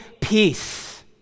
peace